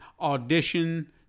audition